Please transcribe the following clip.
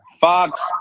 Fox